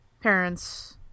parents